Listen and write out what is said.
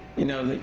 you know, like